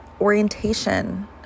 orientation